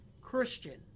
Christian